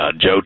Joe